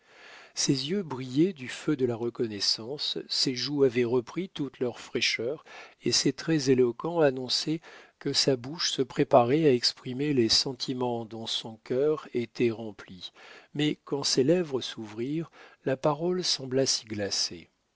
ses yeux brillaient du feu de la reconnaissance ses joues avaient repris toute leur fraîcheur et ses traits éloquents annonçaient que sa bouche se préparait à exprimer les sentiments dont son cœur était rempli mais quand ses lèvres s'ouvrirent la parole sembla s'y glacer